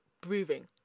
breathing